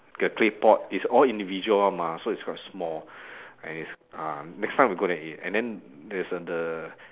the claypot it's all individual [one] mah so it's quite small and it's uh next time we go there eat and then there's the